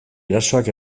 erasoak